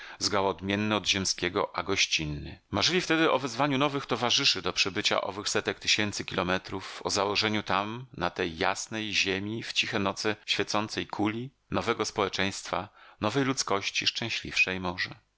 odmienny od ziemskiego a gościnny marzyli wtedy o wezwaniu nowych towarzyszy do przebycia owych setek tysięcy kilometrów o założeniu tam na tej jasnej ziemi w ciche noce świecącej kuli nowego społeczeństwa nowej ludzkości szczęśliwszej może